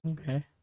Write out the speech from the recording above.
okay